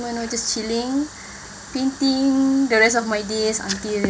you know just chilling painting the rest of my days until